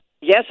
yes